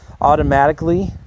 automatically